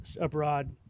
abroad